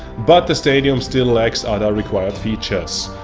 but the stadium still lacks other required features.